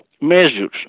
measures